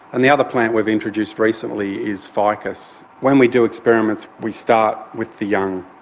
and the other plant we've introduced recently is ficus. when we do experiments we start with the young.